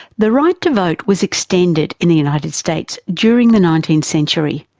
the right to vote was extended in the united states during the nineteenth century,